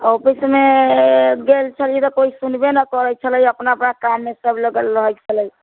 office मे गेल छली त कोइ सुनबे न करै छलै अपना अपना काम मे सब लगल रहै छलै